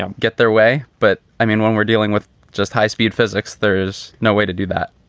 um get their way. but i mean, when we're dealing with just high speed physics, there's no way to do that